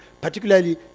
particularly